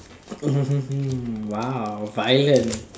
mm hmm hmm !wow! violent